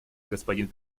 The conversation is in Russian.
господин